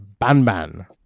Banban